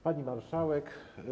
Pani Marszałek!